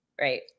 Right